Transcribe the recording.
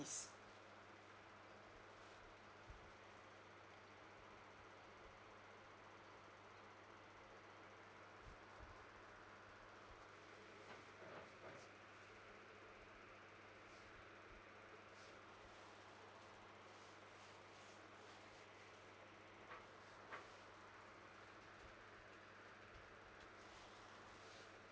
fees